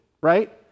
right